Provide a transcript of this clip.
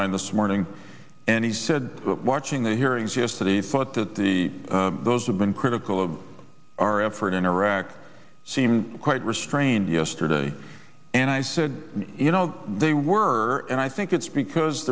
mine this morning and he said that watching the hearings yesterday put to the those who've been critical of our effort in iraq seemed quite restrained yesterday and i said you know they were and i think it's because